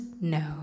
No